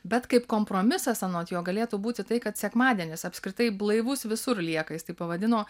bet kaip kompromisas anot jo galėtų būti tai kad sekmadienis apskritai blaivus visur lieka jis taip pavadino